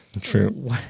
True